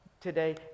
today